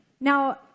Now